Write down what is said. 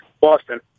Boston